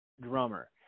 drummer